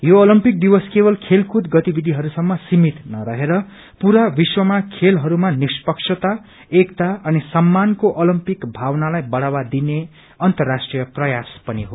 यो अलिम्पिक दिवस केवल खेल कूद गतिविषिहरूसम्म सिमित नरहेर पुरा विश्वमा खेलहरूमा निष्पक्षता एकता अनि सम्मानको ओलम्पिक भावनालाई बढ़ावा दिने अन्तराष्ट्रीय प्रयास पनि हो